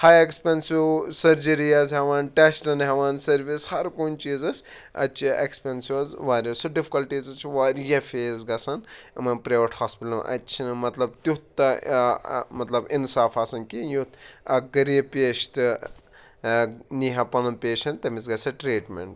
ہاے expensive surgery حظ ہٮ۪وان ٹٮ۪سٹَن ہٮ۪وان سٔروِس ہَر کُنہِ چیٖزَس اَتہِ چھِ اٮ۪کسپٮ۪نسِو حظ واریاہ سُہ ڈِفکَلٹیٖزٕز چھِ واریاہ فیس گژھان یِمَن پرٛیوَٹ اَتہِ چھِنہٕ مطلب تیُتھ مطلب اِنصاف آسان کہِ یُتھ اَکھ غریب پیش تہٕ نیٖہا پَنُن پیشَنٛٹ تٔمِس گژھِ ٹرٛیٖٹمٮ۪نٛٹ